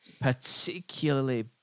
particularly